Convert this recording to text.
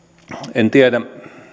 en tiedä